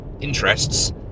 interests